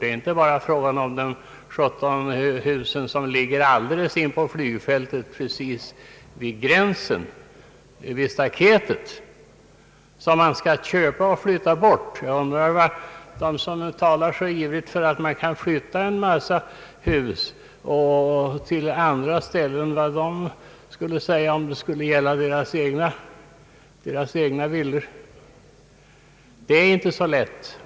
Det gäller inte bara de 17 hus som ligger alldeles inpå flygfältet, precis intill staketet vid gränsen. Dessa hus vill man köpa och flytta bort. Jag undrar vad de som så ivrigt talar för att man skall flytta en massa hus till andra ställen själva skulle säga om det gällde deras egna villor. Problemet är inte så lätt!